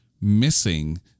missing